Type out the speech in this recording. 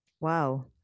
Wow